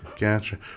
gotcha